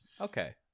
Okay